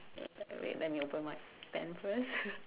wait let me open my pen first